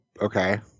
Okay